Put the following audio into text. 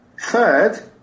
Third